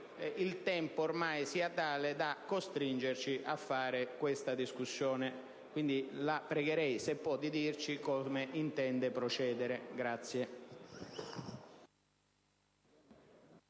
il tempo ormai sia tale da costringerci a fare questa discussione. La pregherei pertanto di dirci come intende procedere.